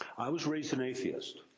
i was raised an atheist.